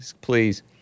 Please